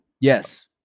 Yes